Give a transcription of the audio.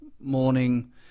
morning